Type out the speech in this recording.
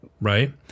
Right